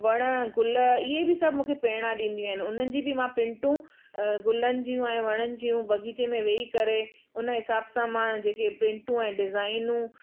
वण ग़ुल इहे बि सभु मूंखे प्रेरणा ॾींदियूं आहिनि उन्हनि जी बि मां प्रिंटू ग़ुलनि जूं ऐं वणनि जूं बगीचे में वेही करे उन हिसाब सां मां जेके प्रिंटू ऐं डिजाइनियूं